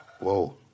Whoa